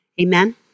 Amen